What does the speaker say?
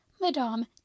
Madame